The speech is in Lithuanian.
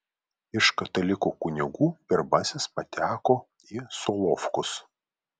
iš katalikų kunigų pirmasis pateko į solovkus